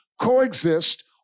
coexist